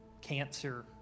cancer